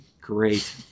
great